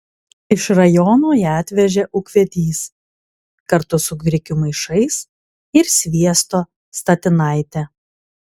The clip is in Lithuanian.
iš rajono ją atvežė ūkvedys kartu su grikių maišais ir sviesto statinaite